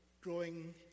growing